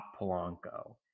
Polanco